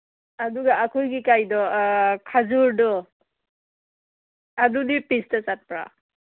ꯑꯗꯨꯒ ꯑꯩꯈꯣꯏꯒꯤ ꯀꯩꯗꯣ ꯈꯖꯨꯔꯗꯣ ꯑꯗꯨꯗꯤ ꯄꯤꯁꯇ ꯆꯠꯄ꯭ꯔꯥ